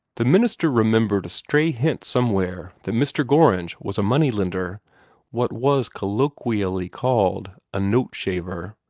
the minister remembered a stray hint somewhere that mr. gorringe was a money-lender what was colloquially called a note-shaver.